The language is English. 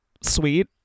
sweet